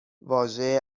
واژه